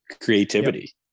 creativity